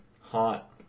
Hot